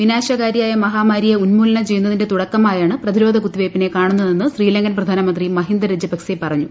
വിനാശകാരിയായ മഹാമാരിയെ ഉന്മൂലനം ചെയ്യുന്നതിന്റെ തുടക്കമായാണ് പ്രതിരോധ കുത്തിവയ്പ്പിനെ കാണുന്നതെന്ന് ശ്രീലങ്കൻ പ്രധാനമന്ത്രി മഹിന്ദ രജപക്സെ പറഞ്ഞു